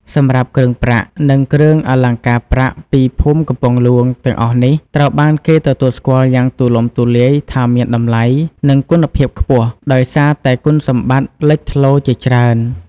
សម្រាប់់គ្រឿងប្រាក់ និងគ្រឿងអលង្ការប្រាក់ពីភូមិកំពង់ហ្លួង ទាំងអស់នេះ ត្រូវបានគេទទួលស្គាល់យ៉ាងទូលំទូលាយថាមានតម្លៃ និងគុណភាពខ្ពស់ ដោយសារតែគុណសម្បត្តិលេចធ្លោជាច្រើន។